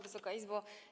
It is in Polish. Wysoka Izbo!